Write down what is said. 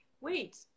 wait